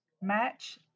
match